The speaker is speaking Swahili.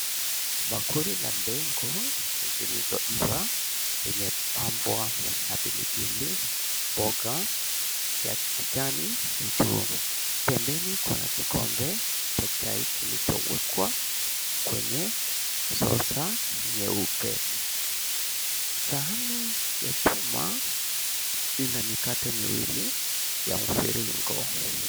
Bakuli za dengu zilizo iva imepambwa na pilipili mboga ya kijani pembeni kuna kikombe cha chai kilichowekwa kwenye sosa nyeupe sahani ya chuma ina mikate miwili ya mviringo.